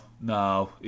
no